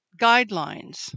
guidelines